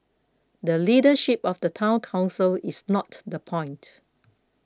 the leadership of the Town Council is not the point